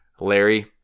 Larry